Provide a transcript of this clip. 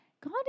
God